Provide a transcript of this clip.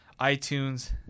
iTunes